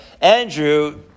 Andrew